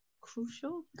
crucial